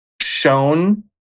shown